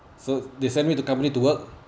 so they sent me to company to work